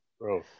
bro